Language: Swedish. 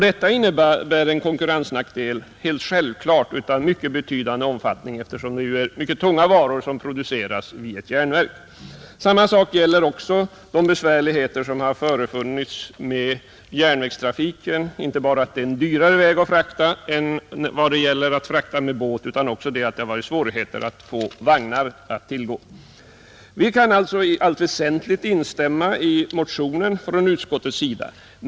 Detta innebär självfallet en konkurrensnackdel av mycket betydande omfattning, eftersom det är mycket tunga varor som produceras i ett järnverk, Samma sak gäller också de besvärligheter som föreligger med järnvägstrafiken, inte bara för att den är dyrare än att frakta med båt, utan det har också varit svårigheter att få vagnar att tillgå. Vi kan alltså från utskottets sida i allt väsentligt instämma i motionen.